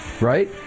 Right